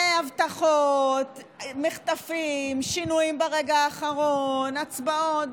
הבטחות, מחטפים, שינויים ברגע האחרון, הצבעות.